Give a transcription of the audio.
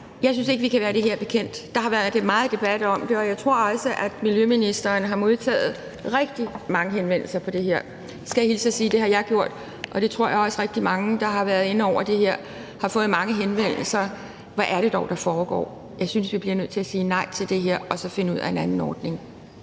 Jeg synes ikke, vi kan være det her bekendt. Der har været meget debat om det, og jeg tror også, at miljøministeren har modtaget rigtig mange henvendelser om det her. Det skal jeg hilse og sige at jeg har gjort, og jeg tror også, at rigtig mange, der har været inde over det her, har fået mange henvendelser. Hvad er det dog, der foregår? Jeg synes, vi bliver nødt til at sige nej til det her og så finde ud af en anden ordning.